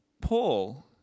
Paul